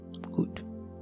Good